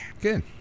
Good